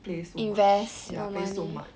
play so much ya play so much